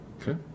Okay